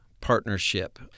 partnership